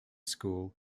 school